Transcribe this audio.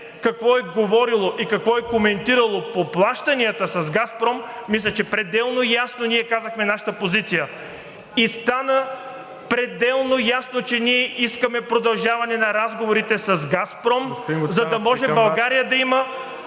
какво е говорила и какво е коментирала по плащанията с „Газпром“, мисля, че пределно ясно ние казахме нашата позиция и стана пределно ясно, че ние искаме продължаване на разговорите с „Газпром“,… ПРЕДСЕДАТЕЛ